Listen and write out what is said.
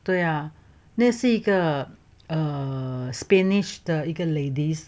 对啊那是一个 err spanish 的一个 ladies